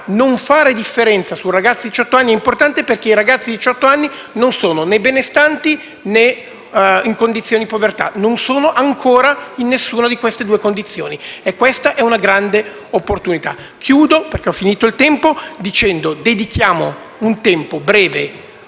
non fare differenza su ragazzi di diciotto anni, perché i ragazzi di diciotto anni non sono né benestanti, né in condizioni di povertà: non sono ancora in nessuna di queste due condizioni e questa è una grande opportunità. Chiudo, perché ho finito il tempo, dicendo: dedichiamo un tempo breve,